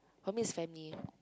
home is family